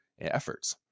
efforts